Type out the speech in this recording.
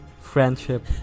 friendship